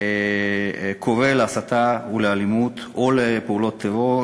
קורא להסתה ולאלימות או לפעולות טרור,